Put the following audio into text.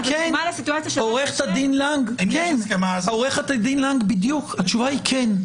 עו"ד לנג, התשובה היא כן.